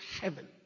heaven